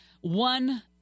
One